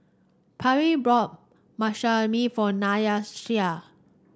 Parlee brought for Nyasia